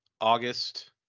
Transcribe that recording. August